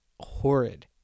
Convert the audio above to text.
horrid